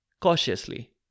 cautiously